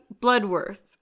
Bloodworth